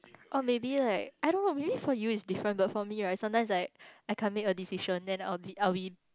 oh maybe like I don't know maybe for you it's different but for me right sometimes like I can't make a decision then I'll be I'll be